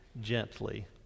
gently